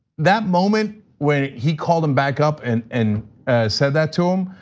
that moment when he called him back up and and said that to him,